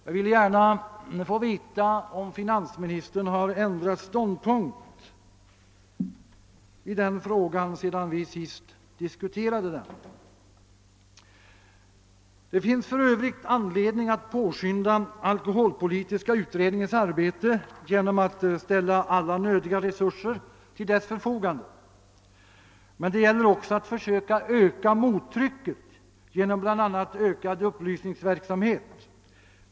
Jag skulle gärna vilja veta om finansministern har ändrat ståndpunkt i den frågan sedan vi senast diskuterade den. Det finns för övrigt anledning att påskynda alkoholpolitiska utredningens arbete genom att ställa alla behövliga resurser till dess förfogande. Men det gäller också att försöka öka mottrycket genom bl.a. ökad upplysningsverksamhet.